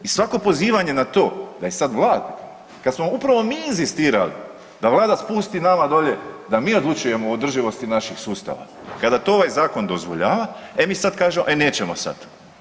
I svako pozivanje na to da je sad Vlada kada smo upravo mi inzistirali da Vlada spusti nama dolje da mi odlučujemo o održivosti naših sustava, kada to ovaj zakon dozvoljava e mi sad kažemo e nećemo sad.